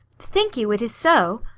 think you it is so?